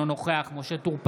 אינו נוכח משה טור פז,